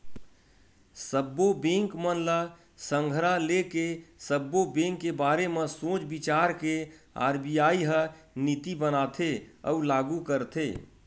सब्बो बेंक मन ल संघरा लेके, सब्बो बेंक के बारे म सोच बिचार के आर.बी.आई ह नीति बनाथे अउ लागू करथे